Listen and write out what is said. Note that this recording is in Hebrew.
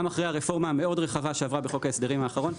גם אחרי הרפורמה הרחבה שעברה בחוק ההסדרים האחרון,